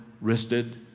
wristed